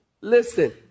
listen